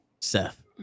Seth